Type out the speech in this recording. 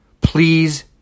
Please